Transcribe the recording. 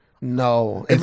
No